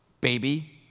baby